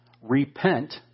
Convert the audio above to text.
repent